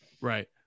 Right